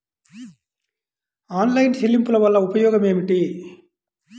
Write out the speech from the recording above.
Online చెల్లింపుల వల్ల ఉపయోగమేమిటీ?